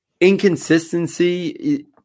inconsistency